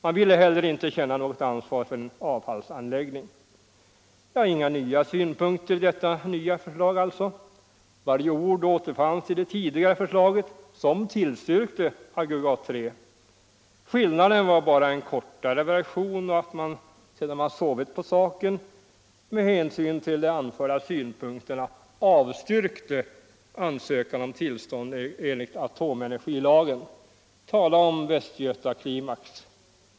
Man ville heller inte känna något ansvar för en avfallsanläggning. Inga nya synpunkter i detta nya förslag alltså. Varje ord återfanns i det tidigare förslaget som tillstyrkte aggregat III. Skillnaden var bara en kortare version och att man, sedan man sovit på saken, med hänsyn till de anförda synpunkterna avstyrkte ansökan om tillstånd enligt atomenergilagen. Tala om västgötaklimax!